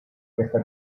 questa